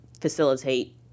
facilitate